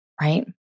right